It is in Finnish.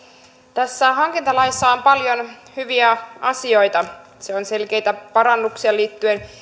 tässä hankintalaissa on paljon hyviä asioita siellä on selkeitä parannuksia liittyen